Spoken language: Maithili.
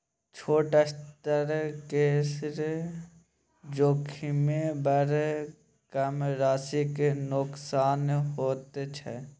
छोट स्तर केर जोखिममे बड़ कम राशिक नोकसान होइत छै